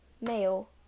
male